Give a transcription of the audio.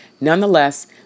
nonetheless